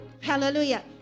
hallelujah